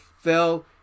fell